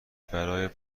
برا